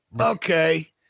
Okay